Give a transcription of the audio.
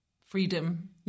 freedom